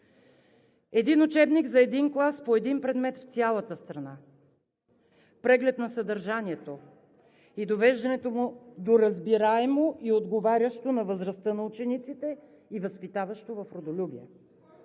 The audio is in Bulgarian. един учебник за един клас по един предмет в цялата страна; преглед на съдържанието и довеждането му до разбираемо и отговарящо на възрастта на учениците и възпитаващо в родолюбие.